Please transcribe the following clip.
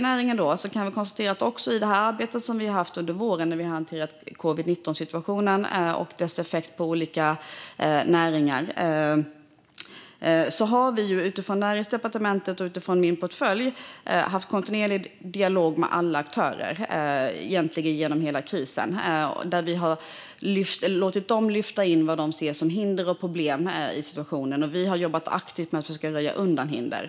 När det gäller det arbete med att hantera covid-19-situationen och dess effekt på olika näringar som vi har gjort under våren kan jag konstatera att vi utifrån Näringsdepartementets område och utifrån min portfölj har haft en kontinuerlig dialog med alla aktörer. Det har vi egentligen haft genom hela krisen, och vi har låtit aktörerna lyfta in vad de ser som hinder och problem i situationen. Vi har jobbat aktivt med att försöka röja undan hinder.